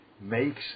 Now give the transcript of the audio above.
makes